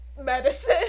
medicine